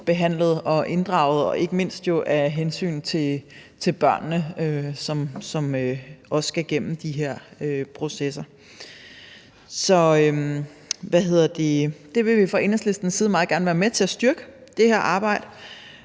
behandlet og inddraget, ikke mindst jo af hensyn til børnene, som også skal igennem de her processer. Så det her arbejde vil vi fra Enhedslistens side meget gerne være med til at styrke, og jeg